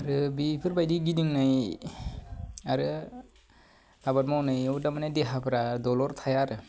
आरो बेफोरबायदि गिदिंनाय आरो आबाद मावनायाव थारमाने देहाफ्रा दलर थाया आरो